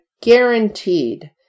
guaranteed